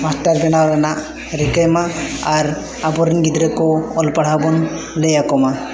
master ᱵᱮᱱᱟᱣ ᱨᱮᱱᱟᱜ ᱨᱤᱠᱟᱹᱭᱢᱟ ᱟᱨ ᱟᱵᱚ ᱨᱮᱱ ᱜᱤᱫᱽᱨᱟᱹ ᱠᱚ ᱚᱞ ᱯᱟᱲᱦᱟᱣ ᱵᱚᱱ ᱞᱟᱹᱭ ᱟᱠᱚᱢᱟ